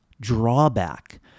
drawback